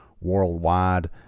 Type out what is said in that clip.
worldwide